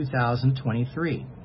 2023